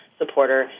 supporter